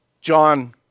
John